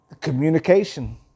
Communication